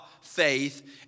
faith